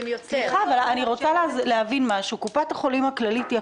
אנחנו בעצם מאשרים עכשיו למירב הציבור את התשלום הנוסף הזה.